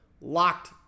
Locked